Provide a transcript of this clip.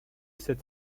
cet